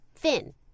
finn